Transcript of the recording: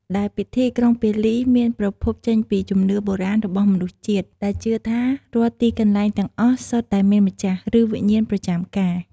ដែលពិធីក្រុងពាលីមានប្រភពចេញពីជំនឿបុរាណរបស់មនុស្សជាតិ ដែលជឿថា រាល់ទីកន្លែងទាំងអស់សុទ្ធតែមានម្ចាស់ ឬវិញ្ញាណប្រចាំការ។